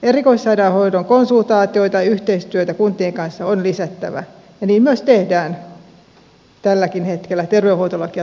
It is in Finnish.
erikoissairaanhoidon konsultaatioita ja yhteistyötä kuntien kanssa on lisättävä ja niin myös tehdään tälläkin hetkellä terveydenhuoltolakia toteutettaessa